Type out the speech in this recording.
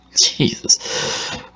Jesus